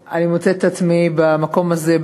אני מוצאת את עצמי במקום הזה,